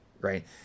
right